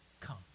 come